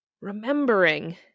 remembering